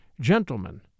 Gentlemen